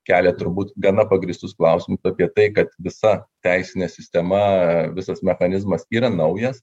kelia turbūt gana pagrįstus klausimus apie tai kad visa teisinė sistema visas mechanizmas yra naujas